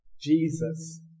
Jesus